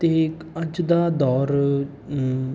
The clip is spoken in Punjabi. ਅਤੇ ਇੱਕ ਅੱਜ ਦਾ ਦੌਰ